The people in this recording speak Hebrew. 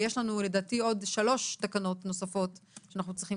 ויש לנו לדעתי עוד שלוש תקנות נוספות שאנחנו צריכים